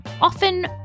often